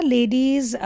Ladies